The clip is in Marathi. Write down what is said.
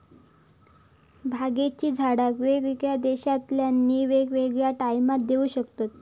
भांगेची झाडा वेगवेगळ्या देशांतल्यानी वेगवेगळ्या टायमाक येऊ शकतत